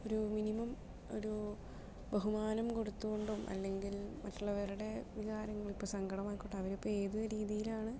ഒരു മിനിമം ഒരു ബഹുമാനം കൊടുത്തു കൊണ്ടും അല്ലെങ്കിൽ മറ്റുള്ളവരുടെ വികാരങ്ങൾ ഇപ്പോൾ സങ്കടം ആയിക്കോട്ടെ അവരിപ്പോൾ ഏത് രീതിയിലാണ്